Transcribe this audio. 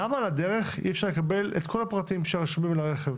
למה על הדרך אי אפשר לקבל את כל הפרטים שרשומים על הרכב